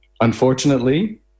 unfortunately